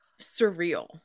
surreal